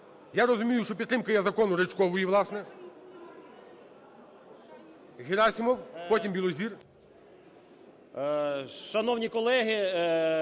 Я розумію, що підтримка є законуРичкової, власне. Герасимов. Потім – Білозір.